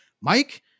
Mike